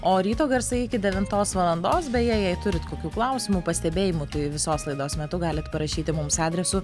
o ryto garsai iki devintos valandos beje jei turit kokių klausimų pastebėjimų tai visos laidos metu galite parašyti mums adresu